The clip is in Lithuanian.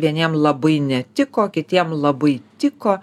vieniem labai netiko kitiem labai tiko